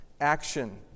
Action